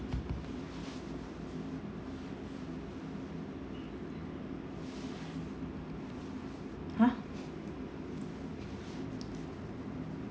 !huh!